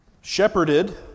shepherded